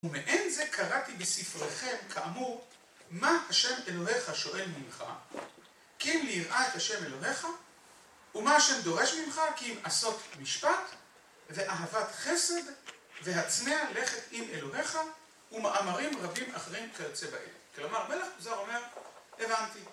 ומעין זה קראתי בספריכם, כאמור, מה השם אלוהיך שואל ממך, כי אם ליראה את השם אלוהיך, ומה השם דורש ממך, כי אם עשות משפט, ואהבת חסד, והצניע לכת עם אלוהיך, ומאמרים רבים אחרים כיוצא בהן. כלומר, מלך כוזר אומר, הבנתי.